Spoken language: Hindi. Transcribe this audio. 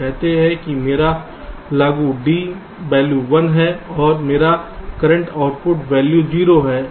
हम कहते हैं कि मेरा लागू D वैल्यू 1 है और मेरा करंट आउटपुट वैल्यू 0 है